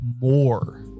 more